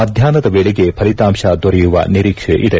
ಮಧ್ಯಾಹ್ಯದ ವೇಳೆಗೆ ಫಲಿತಾಂತ ದೊರೆಯುವ ನಿರೀಕ್ಷೆ ಇದೆ